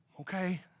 Okay